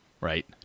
right